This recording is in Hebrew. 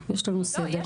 יש לנו סדר.